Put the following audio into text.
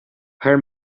her